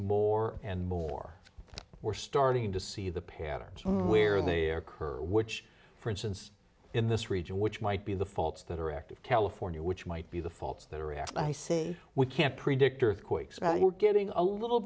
more and more we're starting to see the patterns where they're current which for instance in this region which might be the faults that are active california which might be the faults that are react i say we can't predict earthquakes about it we're getting a little